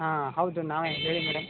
ಹಾಂ ಹೌದು ನಾವೇ ಹೇಳಿ ಮೇಡಮ್